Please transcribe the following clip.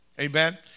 Amen